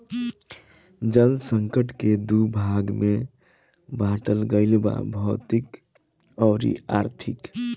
जल संकट के दू भाग में बाटल गईल बा भौतिक अउरी आर्थिक